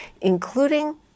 including